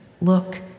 look